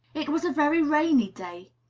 it was a very rainy day.